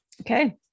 Okay